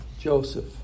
Joseph